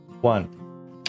one